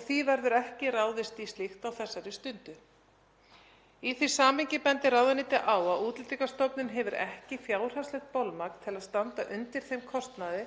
og því verður ekki ráðist í slíkt á þessari stundu. Í því samhengi bendir ráðuneytið á að Útlendingastofnun hefur ekki fjárhagslegt bolmagn til að standa undir þeim kostnaði